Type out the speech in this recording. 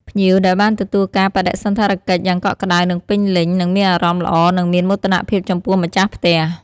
ភ្ញៀវដែលបានទទួលការបដិសណ្ឋារកិច្ចយ៉ាងកក់ក្តៅនិងពេញលេញនឹងមានអារម្មណ៍ល្អនិងមានមោទនភាពចំពោះម្ចាស់ផ្ទះ។